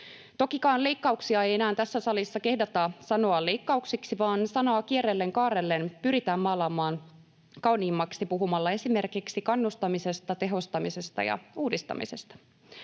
Tokikaan leikkauksia ei enää tässä salissa kehdata sanoa leikkauksiksi, vaan kierrellen kaarrellen pyritään maalaamaan sanaa kauniimmaksi puhumalla esimerkiksi kannustamisesta, tehostamisesta ja uudistamisesta.